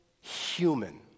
human